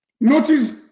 Notice